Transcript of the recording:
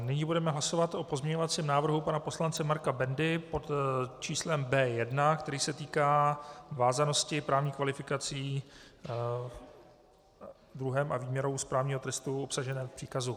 Nyní budeme hlasovat o pozměňovacím návrhu pana poslance Marka Bendy pod číslem B1, který se týká vázanosti právních kvalifikací druhem a výměrou správního trestu obsažené v příkazu.